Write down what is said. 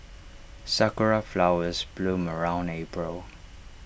Sakura Flowers bloom around April